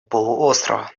полуострова